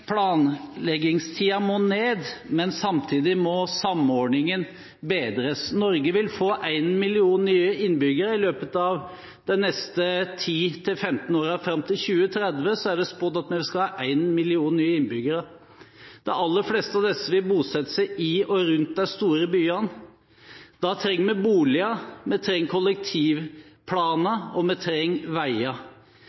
må ned, men samtidig må samordningen bedres. Norge vil få én million nye innbyggere i løpet av de neste ti–femten årene. Fram til 2030 er det spådd at vi skal få én million nye innbyggere. De aller fleste av disse vil bosette seg i og rundt de store byene. Da trenger vi boliger, vi trenger kollektivplaner,